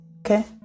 Okay